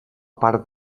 part